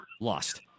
lost